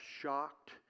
shocked